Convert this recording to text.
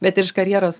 bet ir iš karjeros